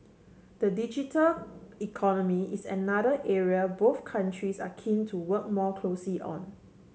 the digital economy is another area both countries are keen to work more closely on